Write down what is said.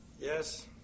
Yes